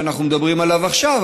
שאנחנו מדברים עליו עכשיו,